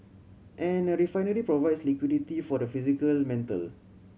and a refinery provides liquidity for the physical metal